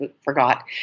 forgot